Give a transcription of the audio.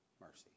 Mercy